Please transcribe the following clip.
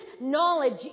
knowledge